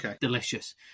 delicious